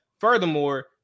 Furthermore